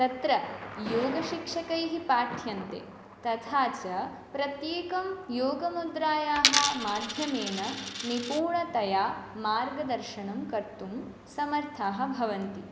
तत्र योगशिक्षकैः पाठ्यन्ते तथा च प्रत्येकं योगमुद्रायाः माध्यमेन निपुणतया मार्गदर्शनं कर्तुं समर्थः भवन्ति